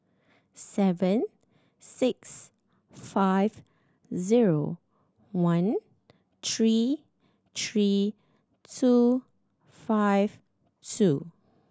seven six five zero one three three two five two